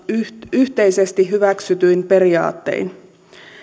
yhteisesti hyväksytyin periaattein